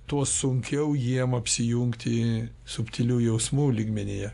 tuo sunkiau jiem apsijungti subtilių jausmų lygmenyje